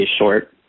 short